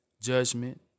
judgment